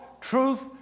truth